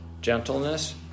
gentleness